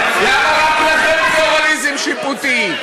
למה רק לכם פלורליזם שיפוטי?